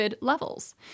levels